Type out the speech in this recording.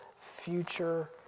future